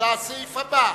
לסעיף הבא: